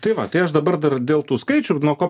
tai va tai aš dabar dar dėl tų skaičių ir nuo ko